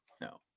No